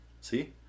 See